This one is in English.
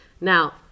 Now